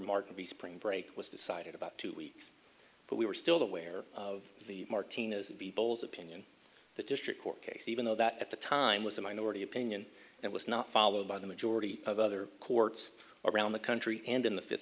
the spring break was decided about two weeks but we were still aware of the martina's people's opinion the district court case even though that at the time was a minority opinion it was not followed by the majority of other courts around the country and in the fifth